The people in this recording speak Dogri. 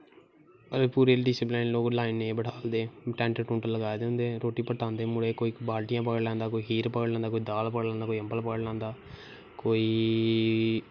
पूरे लोकें गी लाईन च बठालदे टैंट टुंट लाए दे होंदे रोटी बरतांदे मुड़े कोई बाल्टियां फड़ी लैंदा कोई खीर फड़ी लैंदा कोई दाल फड़ी लैंदा कोई अम्बल फड़ी लैंदा कोई